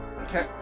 okay